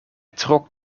trok